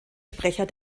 sprecher